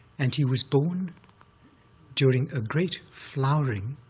and he was born during a great flowering